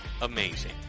amazing